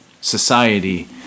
society